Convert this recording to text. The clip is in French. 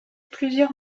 plusieurs